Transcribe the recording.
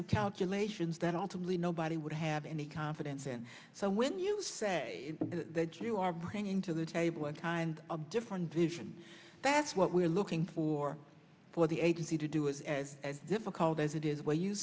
of calculations that ultimately nobody would have any confidence in so when you say that you are bringing to the table and kind of a different vision that's what we're looking for for the agency to do is as difficult as it is where you